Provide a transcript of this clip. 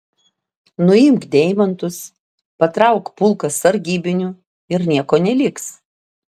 nuimk deimantus patrauk pulką sargybinių ir nieko neliks